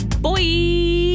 boy